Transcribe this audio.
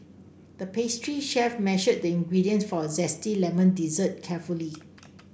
the pastry chef measured the ingredients for a zesty lemon dessert carefully